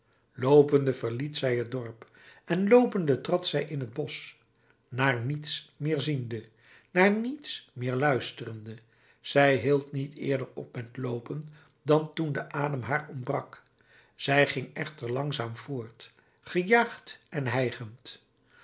loopende verliet zij het dorp en loopende trad zij in het bosch naar niets meer ziende naar niets meer luisterende zij hield niet eerder op met loopen dan toen de adem haar ontbrak zij ging echter langzamer voort gejaagd en hijgend